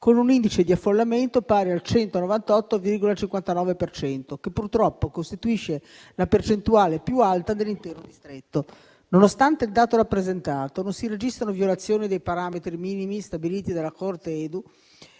con un indice di affollamento pari al 198,59 per cento, che purtroppo costituisce la percentuale più alta dell'intero distretto. Nonostante il dato rappresentato, non si registrano violazioni dei parametri minimi stabiliti dalla Corte EDU,